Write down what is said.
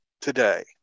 today